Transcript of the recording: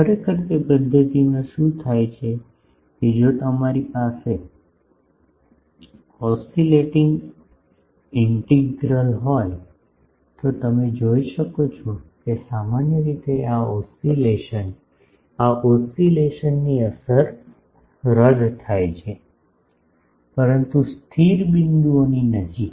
ખરેખર તે પદ્ધતિમાં શું થાય છે કે જો તમારી પાસે ઓસિલેટીંગ ઇન્ટિગ્રલ હોય તો તમે જોઈ શકો છો કે સામાન્ય રીતે આ ઓસિલેશન આ ઓસિલેશનની અસર રદ થાય છે પરંતુ સ્થિર બિંદુઓની નજીક